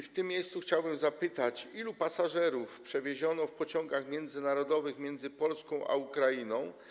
W tym miejscu chciałbym zapytać: Ilu pasażerów przewieziono w pociągach międzynarodowych między Polską a Ukrainą?